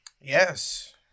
Yes